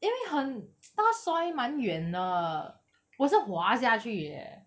因为很他 soil 蛮远的我是滑下去 eh